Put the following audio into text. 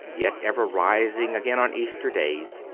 yet ever rising again on easter days,